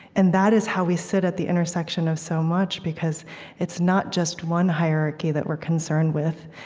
and that is how we sit at the intersection of so much, because it's not just one hierarchy that we're concerned with.